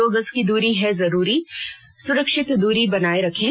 दो गज की दूरी है जरूरी सुरक्षित दूरी बनाए रखें